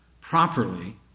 properly